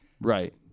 Right